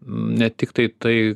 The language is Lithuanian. ne tiktai tai